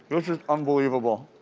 this is unbelievable.